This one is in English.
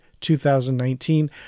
2019